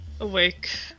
Awake